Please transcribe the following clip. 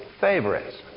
favorites